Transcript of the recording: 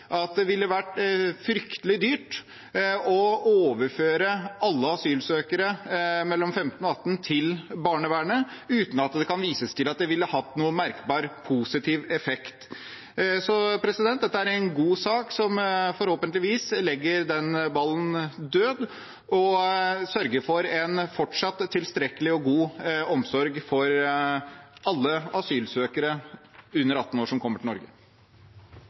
at det ville vært fryktelig dyrt å overføre alle asylsøkere mellom 15 og 18 år til barnevernet, uten at det kan vises til at det ville hatt noen merkbar positiv effekt. Dette er en god sak som forhåpentligvis legger den ballen død, og som sørger for en fortsatt tilstrekkelig og god omsorg for alle asylsøkere under 18 år som kommer til Norge.